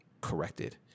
corrected